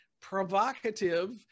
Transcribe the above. provocative